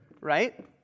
right